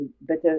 better